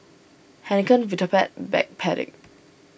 Heinekein Vitapet Backpedic